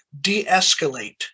de-escalate